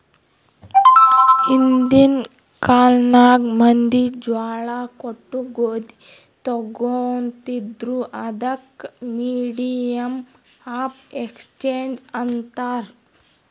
ಹಿಂದಿನ್ ಕಾಲ್ನಾಗ್ ಮಂದಿ ಜ್ವಾಳಾ ಕೊಟ್ಟು ಗೋದಿ ತೊಗೋತಿದ್ರು, ಅದಕ್ ಮೀಡಿಯಮ್ ಆಫ್ ಎಕ್ಸ್ಚೇಂಜ್ ಅಂತಾರ್